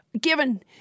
Given